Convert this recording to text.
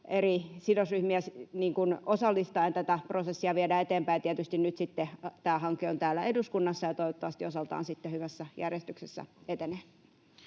eri sidosryhmiä osallistaen tätä prosessia viedään eteenpäin. Tietysti nyt tämä hanke on täällä eduskunnassa ja toivottavasti osaltaan sitten hyvässä järjestyksessä etenee.